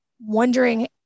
wondering